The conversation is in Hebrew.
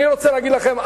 אני רוצה להגיד לכם,